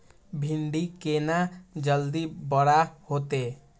भिंडी केना जल्दी बड़ा होते?